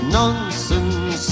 nonsense